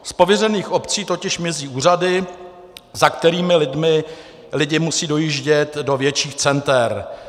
Z pověřených obcí totiž mizí úřady, za kterými lidé musí dojíždět do větších center.